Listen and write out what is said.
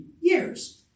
years